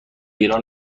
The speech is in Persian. ایران